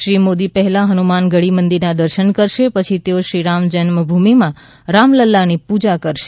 શ્રી મોદી પહેલા હનુમાનગઢી મંદીરના દર્શન કરશે પછી તેઓ શ્રીરામ જન્મભૂમિમાં રામલલ્લાની પુજા કરશે